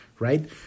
right